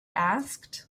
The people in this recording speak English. asked